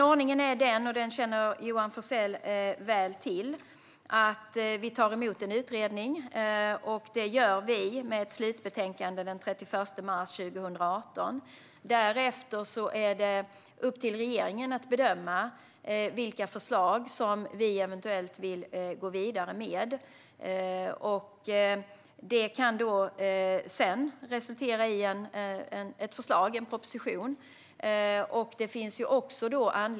Ordningen är den - och detta känner Johan Forssell väl till - att vi tar emot utredningens slutbetänkande den 31 mars 2018. Därefter är det upp till regeringen att bedöma vilka förslag som vi eventuellt vill gå vidare med. Det kan sedan resultera i en proposition.